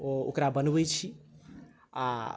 आ ओकरा बनबै छी आ